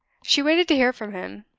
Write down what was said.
she waited to hear from him.